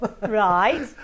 Right